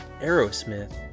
Aerosmith